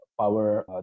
power